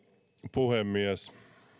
puhemies